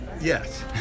Yes